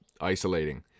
isolating